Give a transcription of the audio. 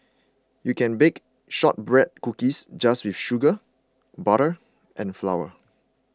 you can bake Shortbread Cookies just with sugar butter and flour